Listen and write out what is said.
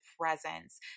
presence